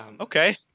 okay